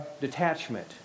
detachment